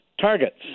targets